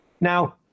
Now